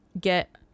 get